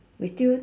we still